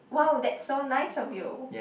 wow that's so nice of you